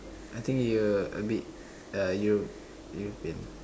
I think you a bit uh Euro~ European